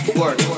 work